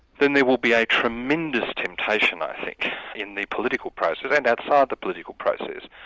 then there will be a tremendous temptation i think in the political process, and outside the political process,